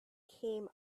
came